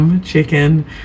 chicken